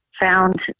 found